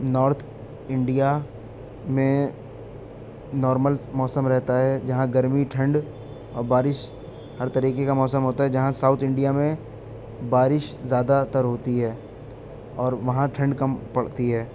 north India میں normal موسم رہتا ہے جہاں گرمی ٹھنڈ اور بارش ہر طریقے کا موسم ہوتا ہے جہاں ساؤتھ انڈیا میں بارش زیادہ تر ہوتی ہے اور وہاں ٹھنڈ کم پڑتی ہے